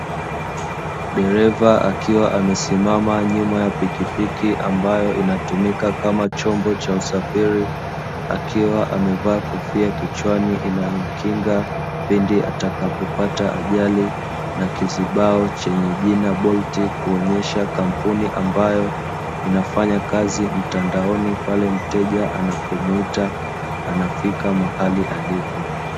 Dereva akiwa amesimama nyuma ya pikipiki ambayo inatumika kama chombo cha usafiri, akiwa amevaa kofia kichwani inayomkinga pindi atakapopata ajali na kizibao chenye jina “Bolt" kuonyesha kampuni ambayo inafanya kazi mtandaoni pale mteja anapomuita anafika mahali alipo.